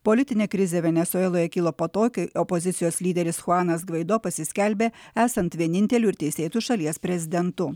politinė krizė venesueloje kilo po to kai opozicijos lyderis chuanas gvaido pasiskelbė esant vieninteliu ir teisėtu šalies prezidentu